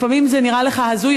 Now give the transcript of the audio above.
לפעמים זה נראה לך הזוי,